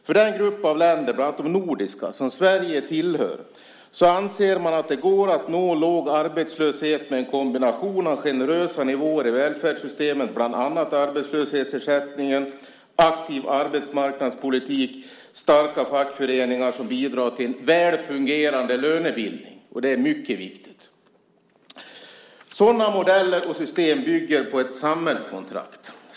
För den grupp av länder, bland annat de nordiska, som Sverige tillhör anser man att det går att nå låg arbetslöshet med en kombination av generösa nivåer i välfärdssystemet, bland annat arbetslöshetsersättningen, aktiv arbetsmarknadspolitik och starka fackföreningar som bidrar till en väl fungerande lönebildning. Det är mycket viktigt. Sådana modeller och system bygger på ett samhällskontrakt.